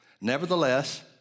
nevertheless